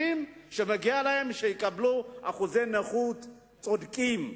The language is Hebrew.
שמגיע להם שיקבלו אחוזי נכות צודקים.